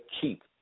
keep